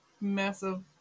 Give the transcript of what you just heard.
massive